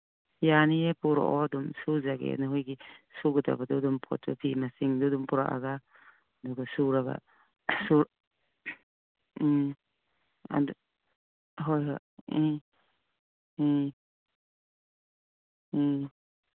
ꯌꯥꯅꯤꯌꯦ ꯄꯨꯔꯛꯑꯣ ꯑꯗꯨꯝ ꯁꯨꯖꯒꯦ ꯅꯣꯏꯒꯤ ꯁꯨꯒꯗꯕꯗꯣ ꯑꯗꯨꯝ ꯄꯣꯠꯇꯨ ꯐꯤ ꯃꯁꯤꯡꯗꯨ ꯑꯗꯨꯝ ꯄꯨꯔꯛꯑꯒ ꯑꯗꯨꯝ ꯁꯨꯔꯒ ꯎꯝ ꯍꯣꯏ ꯍꯣꯏ ꯎꯝ ꯎꯝ ꯎꯝ